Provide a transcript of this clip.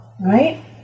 right